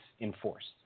enforced